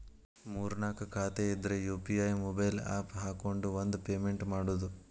ಮೂರ್ ನಾಕ್ ಖಾತೆ ಇದ್ರ ಯು.ಪಿ.ಐ ಮೊಬೈಲ್ ಆಪ್ ಹಾಕೊಂಡ್ ಒಂದ ಪೇಮೆಂಟ್ ಮಾಡುದು